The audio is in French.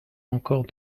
encore